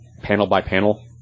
panel-by-panel